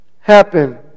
happen